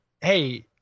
hey